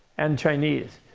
and chinese,